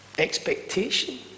expectation